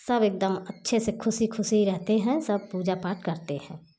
सब एकदम अच्छे से ख़ुशी ख़ुशी रहते हैं सब पूजा पाठ करते हैं